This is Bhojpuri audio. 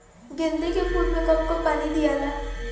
गेंदे के फूल मे कब कब पानी दियाला?